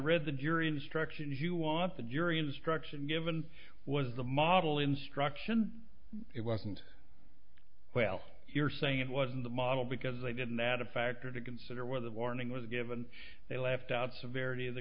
read the jury instruction if you want the jury instruction given was the model instruction it wasn't well you're saying it wasn't the model because they didn't add a factor to consider where the warning was given they left out severity of the